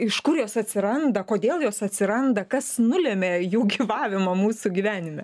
iš kur jos atsiranda kodėl jos atsiranda kas nulemia jų gyvavimo mūsų gyvenime